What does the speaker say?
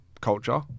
culture